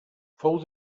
fou